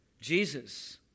Jesus